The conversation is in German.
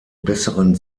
besseren